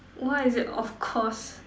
why is it of course